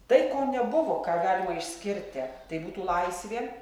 tai ko nebuvo ką galima išskirti tai būtų laisvė